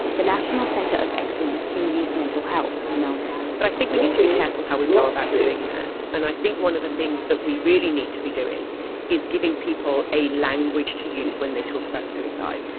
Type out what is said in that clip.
the national centre of excellence in youth mental health in melbourne. but i think we need to be careful how we go about doing that, and i think one of the things that we really need to be doing is giving people a language to use when they talk about suicide.